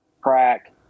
crack